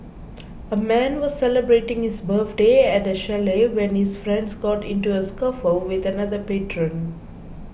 a man was celebrating his birthday at a chalet when his friends got into a scuffle with another patron